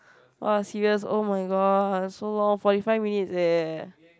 oh serious oh-my-god so long forty five minutes eh